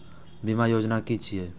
बीमा योजना कि छिऐ?